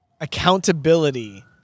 accountability